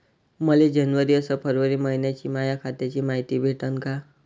मले जनवरी अस फरवरी मइन्याची माया खात्याची मायती भेटन का?